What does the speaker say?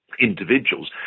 individuals